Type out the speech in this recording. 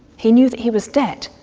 he knew he was dead.